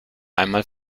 einmal